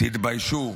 תתביישו.